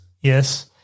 yes